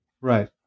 right